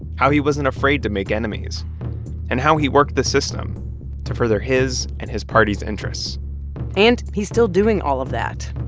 how he wasn't afraid to make enemies and how he worked the system to further his and his party's interests and he's still doing all of that,